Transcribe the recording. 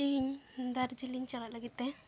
ᱤᱧ ᱫᱟᱨᱡᱤᱞᱤᱝ ᱪᱟᱞᱟᱜ ᱞᱟᱹᱜᱤᱫ ᱛᱮ